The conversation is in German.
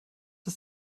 ist